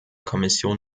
kommission